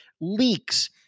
leaks